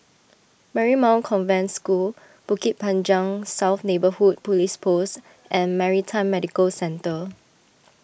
Marymount Convent School Bukit Panjang South Neighbourhood Police Post and Maritime Medical Centre